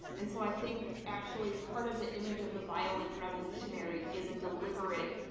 and so, i think, actually, part of the image of the violent revolutionary is a deliberate